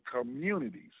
communities